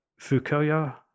Fukuya